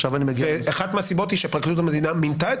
ואחת מהסיבות היא שפרקליטות המדינה מינתה את